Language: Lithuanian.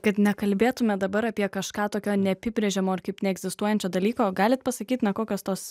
kad nekalbėtume dabar apie kažką tokio neapibrėžiamo ir kaip neegzistuojančio dalyko galit pasakyt na kokios tos